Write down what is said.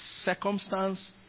circumstance